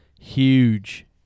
huge